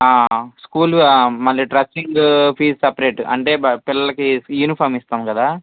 ఆ స్కూలు మళ్ళీ dressing fees separate అంటే పిల్లకి యూనిఫామ్ ఇస్తాం కదా